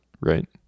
right